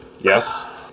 yes